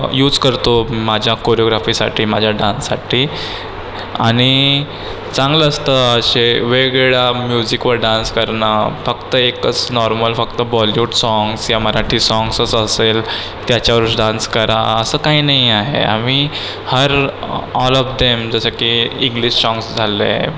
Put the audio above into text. use करतो माझ्या कोरीओग्राफीसाठी माझ्या डान्ससाठी आणि चांगलं असतं असे वेगवेगळ्या म्युझिकवर डान्स करणं फक्त एकच नॉर्मल फक्त बॉलीवुड साँग्स या मराठी साँग्सच असेल त्याच्यावरच डान्स करा असं काही नाही आहे आम्ही हर ऑल ऑफ देम जसं की इंग्लिश साँग्स झाले